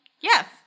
Yes